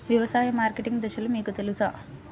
వ్యవసాయ మార్కెటింగ్ దశలు మీకు తెలుసా?